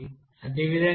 అదేవిధంగా x2 కి 3